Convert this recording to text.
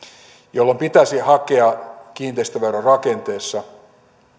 jolloin pitäisi hakea kiinteistöverorakenteessa